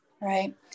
right